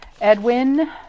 Edwin